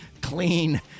clean